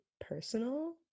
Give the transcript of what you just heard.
personal